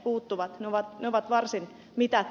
ne ovat varsin mitättömiä